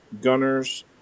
gunners